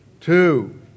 two